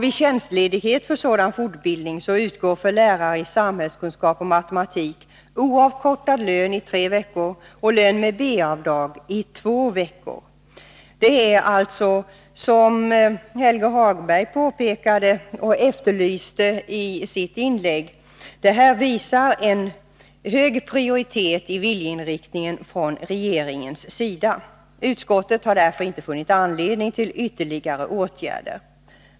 Vid tjänstledighet för sådan fortbildning utgår för lärare i samhällskunskap och matematik oavkortad lön i tre veckor och lön med B-avdrag i två veckor. Det är alltså det som Helge Hagberg efterlyste i sitt inlägg. Detta visar en hög prioritet och viljeinriktning från regeringens sida. Utskottet har därför inte funnit anledning till ytterligare åtgärder.